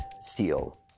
steel